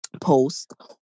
post